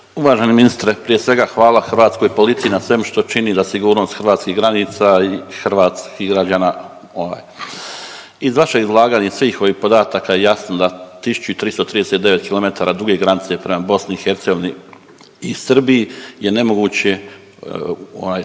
Uvaženi ministre, prije svega hvala hrvatskoj policiji na svemu što čini za sigurnost hrvatskih granica i hrvatskih građana. Iz vašeg izlaganja i svih ovih podataka jasno je da 1.339 km duge granice prema BiH i Srbiji je nemoguće